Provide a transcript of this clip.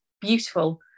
beautiful